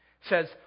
says